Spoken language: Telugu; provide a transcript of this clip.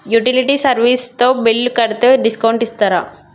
యుటిలిటీ సర్వీస్ తో బిల్లు కడితే డిస్కౌంట్ ఇస్తరా?